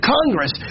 Congress